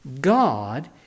God